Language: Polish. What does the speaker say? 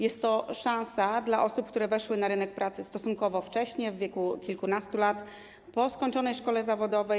Jest to szansa dla osób, które weszły na rynek pracy stosunkowo wcześnie, tj. w wieku kilkunastu lat, po skończonej szkole zawodowej.